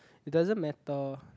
it doesn't matter